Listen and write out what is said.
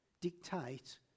dictate